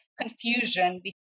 confusion